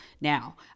Now